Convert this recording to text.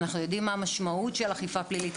אנחנו יודעים מה המשמעות של עבירה פלילית,